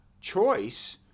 choice